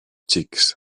xics